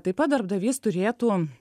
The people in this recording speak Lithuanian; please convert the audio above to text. taip pat darbdavys turėtų